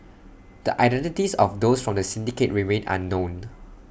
the identities of those from the syndicate remain unknown